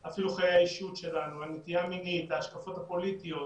אני מבינה שאני לא לבד אז אנחנו